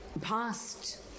past